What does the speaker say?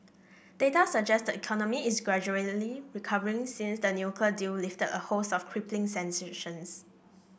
data suggest the economy is gradually recovering since the nuclear deal lifted a host of crippling sanctions